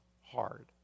hard